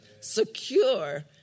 secure